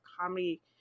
comedy